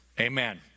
Amen